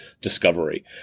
discovery